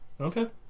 Okay